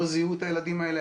לא זיהו את הילדים האלה,